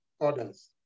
others